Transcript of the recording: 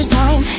time